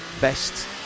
best